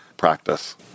practice